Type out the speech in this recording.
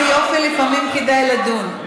איזה יופי, לפעמים כדאי לדון.